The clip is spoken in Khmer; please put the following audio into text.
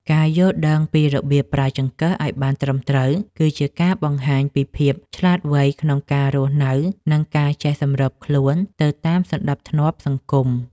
ការយល់ដឹងពីរបៀបប្រើចង្កឹះឱ្យបានត្រឹមត្រូវគឺជាការបង្ហាញពីភាពឆ្លាតវៃក្នុងការរស់នៅនិងការចេះសម្របខ្លួនទៅតាមសណ្តាប់ធ្នាប់សង្គម។